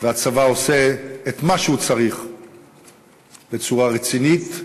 והצבא עושה את מה שהוא צריך בצורה רצינית,